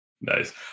Nice